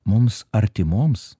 mums artimoms